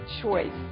choice